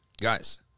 guys